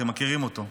אתם מכירים אותו,